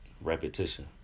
Repetition